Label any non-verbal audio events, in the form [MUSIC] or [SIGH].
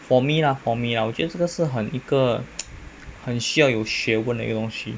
for me lah for me lah 我觉得这个是很一个 [NOISE] 很需要有学问这个东西